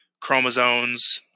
chromosomes